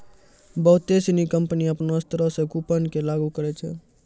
बहुते सिनी कंपनी अपनो स्तरो से कूपन के लागू करै छै